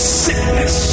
sickness